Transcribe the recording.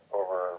over